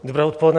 Dobré odpoledne.